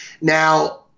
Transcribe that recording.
Now